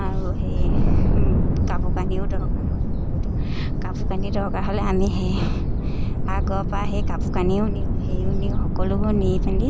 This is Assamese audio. আৰু সেই কাপোৰ কানিও দৰকাৰ হ'ব বহুতো কাপোৰ কানি দৰকাৰ হ'লে আমি সেই আগৰপৰা সেই কাপোৰ কানিও নিওঁ হেৰিও নিওঁ সকলোবোৰ নি পেনি